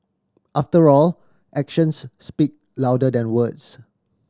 after all actions speak louder than words